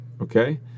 Okay